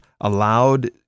allowed